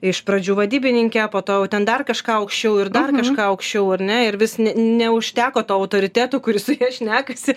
iš pradžių vadybininkę po to jau ten dar kažką aukščiau ir dar kažką aukščiau ar ne ir vis ne neužteko to autoriteto kuris su ja šnekasi